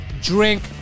Drink